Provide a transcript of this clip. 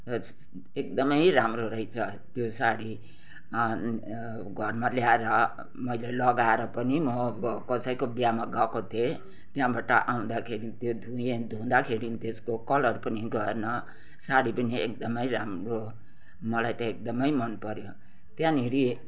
एकदमै राम्रो रहेछ त्यो साड़ी घरमा ल्याएर मैले लगाएर पनि म कसैको बिहामा गएको थिएँ त्यहाँबाट आउँदाखेरि त्यो धुएँ धुँदाखेरि त्यसको कलर पनि गएन साडी पनि एकदमै राम्रो मलाई त एकदमै मनपऱ्यो त्यहाँनेरि